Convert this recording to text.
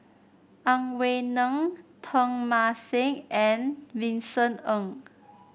Ang Wei Neng Teng Mah Seng and Vincent Ng